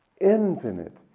infinite